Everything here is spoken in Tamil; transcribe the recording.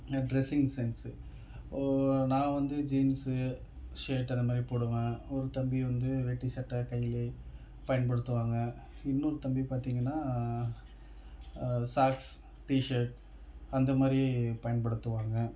இந்த ட்ரெஸ்ஸிங் சென்ஸு ஓ நான் வந்து ஜீன்ஸு ஷேர்ட் அந்த மாதிரி போடுவேன் ஒரு தம்பி வந்து வேட்டி சட்டை கைலி பயன்படுத்துவாங்கள் இன்னொரு தம்பி பார்த்திங்கனா சாக்ஸ் டிஷர்ட் அந்த மாதிரி பயன்படுத்துவாங்கள்